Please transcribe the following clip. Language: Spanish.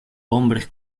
hombres